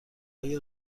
های